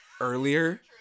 earlier